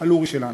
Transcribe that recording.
על אורי שלנו.